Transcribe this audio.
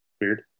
Weird